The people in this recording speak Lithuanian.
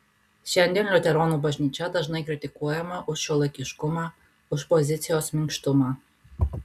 šiandien liuteronų bažnyčia dažnai kritikuojama už šiuolaikiškumą už pozicijos minkštumą